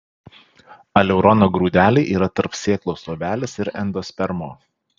aleurono grūdeliai yra tarp sėklos luobelės ir endospermo